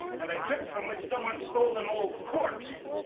and a crypt from which someone stole an old corpse